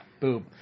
Boob